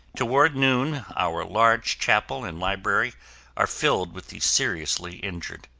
toward noon, our large chapel and library are filled with the seriously injured.